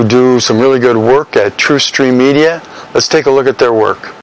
do some really good work a true stream media let's take a look at their work